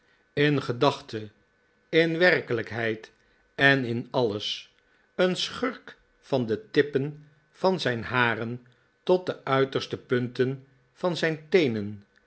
in gedachte in werkelijkheid en in alles een schurk van de tippen van zijn haren tot de uiterste punten van zijn teenen